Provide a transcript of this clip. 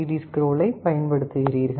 D scroll ஐப் பயன்படுத்துகிறீர்கள்